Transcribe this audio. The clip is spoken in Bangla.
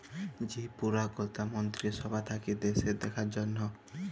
যে পুরা গটা মন্ত্রী সভা থাক্যে দ্যাশের দেখার জনহ